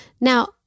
Now